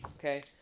okay,